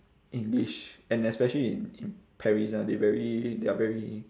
english and especially in in paris ah they very they're very